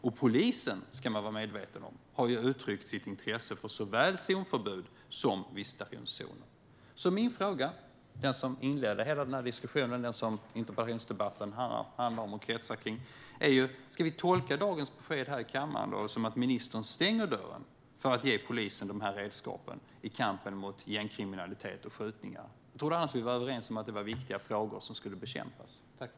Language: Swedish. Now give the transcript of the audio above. Och man ska vara medveten om att polisen har uttryckt sitt intresse för såväl zonförbud som visitationszoner. Min fråga - den som inledde hela denna diskussion och den som interpellationsdebatten handlar om och kretsar kring - är: Ska vi tolka dagens besked i kammaren som att ministern stänger dörren för att ge polisen dessa redskap i kampen mot gängkriminalitet och skjutningar? Jag trodde annars att vi var överens om att det var viktigt att bekämpa detta.